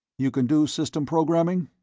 you can do system programming?